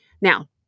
Now